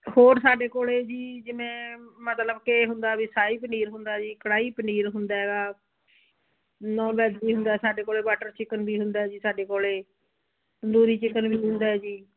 ਹੋਰ ਸਾਡੇ ਕੋਲ ਜੀ ਜਿਵੇਂ ਮਤਲਬ ਕੇ ਹੁੰਦਾ ਵੀ ਸ਼ਾਹੀ ਪਨੀਰ ਹੁੰਦਾ ਜੀ ਕੜਹੀ ਪਨੀਰ ਹੁੰਦਾ ਹੈ ਗਾ ਨੋਨ ਵੈੱਜ ਵੀ ਹੁੰਦਾ ਸਾਡੇ ਕੋਲ ਬਟਰ ਚਿਕਨ ਵੀ ਹੁੰਦਾ ਜੀ ਸਾਡੇ ਕੋਲ ਤੰਦੂਰੀ ਚਿਕਨ ਵੀ ਹੁੰਦਾ ਜੀ